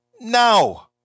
now